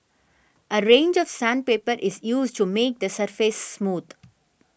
a range of sandpaper is used to make the surface smooth